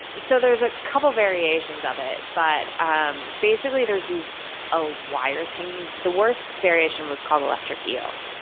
so there's a couple variations of it, but um basically there's these ah wires hanging. the worst variation was called electric eel.